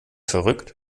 verrückt